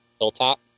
hilltop